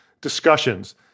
discussions